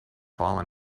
fallen